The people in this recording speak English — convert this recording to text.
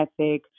ethic